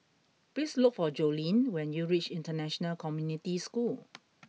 please look for Jolene when you reach International Community School